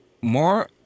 More